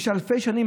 אלפי שנים,